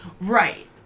Right